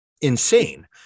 insane